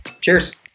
Cheers